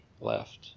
left